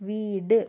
വീട്